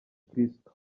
kristo